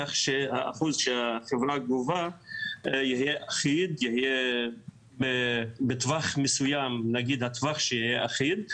כך שהאחוז שהחברה גובה יהיה אחיד או בטווח מסוים שיהיה אחיד.